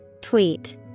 Tweet